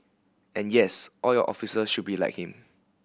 and yes all your officers should be like him